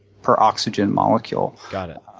per oxygen molecule got it.